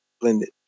blended